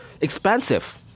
expensive